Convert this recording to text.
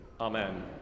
Amen